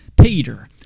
Peter